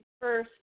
first